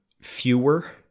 fewer